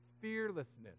fearlessness